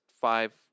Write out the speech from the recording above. five